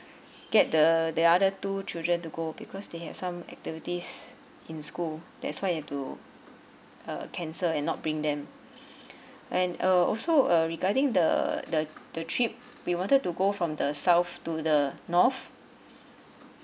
get the the other two children to go because they have some activities in school that's why we have to uh cancel and not bring them and uh also uh regarding the the the trip we wanted to go from the south to the north